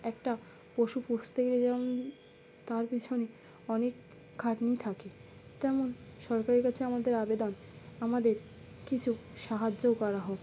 একটা পশু পুষতে গেলে যেমন তার পিছনে অনেক খাটনি থাকে তেমন সরকারের কাছে আমাদের আবেদন আমাদের কিছু সাহায্যও করা হোক